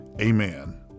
amen